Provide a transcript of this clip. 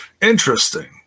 Interesting